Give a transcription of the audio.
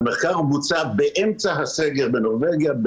המחקר בוצע באמצע הסגר בנורבגיה,